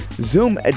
Zoom